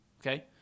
Okay